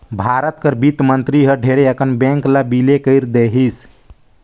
भारत कर बित्त मंतरी हर ढेरे अकन बेंक ल बिले कइर देहिस